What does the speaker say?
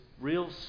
real